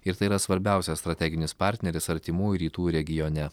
ir tai yra svarbiausias strateginis partneris artimųjų rytų regione